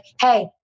Hey